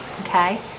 okay